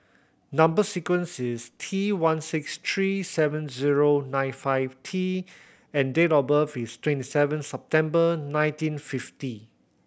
number sequence is T one six three seven zero nine five T and date of birth is twenty seven September nineteen fifty